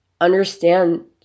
understand